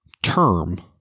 term